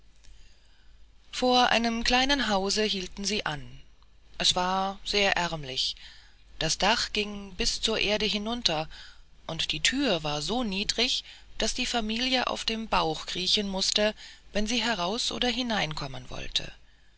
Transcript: vor einem kleinen hause hielten sie an es war sehr ärmlich das dach ging bis zur erde hinunter und die thür war so niedrig daß die familie auf dem bauch kriechen mußte wenn sie heraus oder hinein kommen wollte